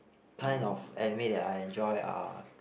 kind of anime that I enjoy are